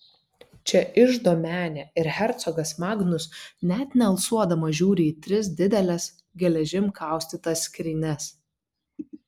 čia iždo menė ir hercogas magnus net nealsuodamas žiūri į tris dideles geležim kaustytas skrynias